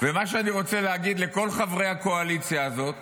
ומה שאני רוצה להגיד לכל חברי הקואליציה הזאת,